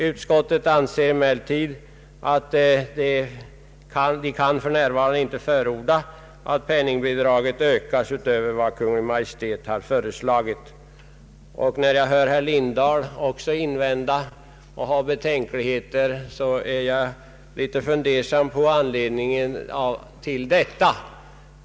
Utskottet anser emellertid att vi för närvarande inte kan förorda att penningbidraget ökas utöver vad Kungl. Maj:t har föreslagit. När jag hör att också herr Lindblad gör invändningar och har betänkligheter här blir jag litet fundersam om anledningen till detta.